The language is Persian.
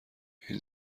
این